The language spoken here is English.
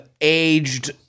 aged